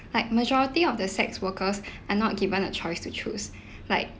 like majority of the sex workers are not given a choice to choose like